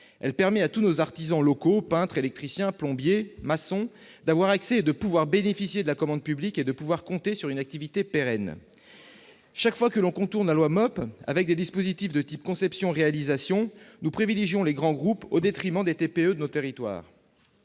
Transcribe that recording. Elle permet à tous nos artisans locaux- peintres, électriciens, plombiers, maçons ...-, de bénéficier de la commande publique et de pouvoir compter sur une activité pérenne. Chaque fois que l'on contourne la loi MOP par des dispositifs de type conception-réalisation, l'on privilégie les grands groupes au détriment des TPE de nos territoires.